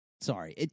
Sorry